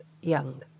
young